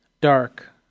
dark